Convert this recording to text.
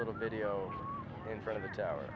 little video in front of the tower